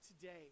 today